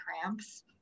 cramps